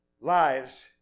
lives